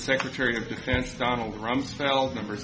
secretary of defense donald rumsfeld members